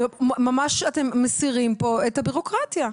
אתם ממש מסירים כאן את הבירוקרטיה.